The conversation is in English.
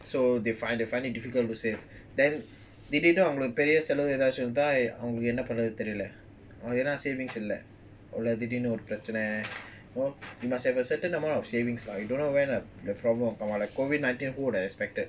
so they find it find it difficult to say then திடீர்னுஅவங்களுக்குபெரியசெலவுஏதாச்சும்வந்தஅவங்களுக்குஎன்னபண்ணணுதெரியலஎனா:thideernu avangaluku peria selavu edhachum vandha avangaluku enna pannanu theriala yena did you know திடீர்னுஒருபிரச்னை:thidernu oru prachana you know you must have a certain amount of savings lah you don't know when the problem will come out like COVID nineteen who will expected